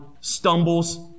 stumbles